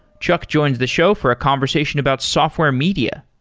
chuck joins the show for a conversation about software media.